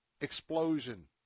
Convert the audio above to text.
explosion